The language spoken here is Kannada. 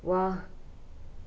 ವಾಹ್